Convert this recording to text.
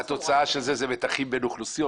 התוצאה של זה היא מתחים בין אוכלוסיות